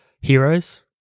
heroes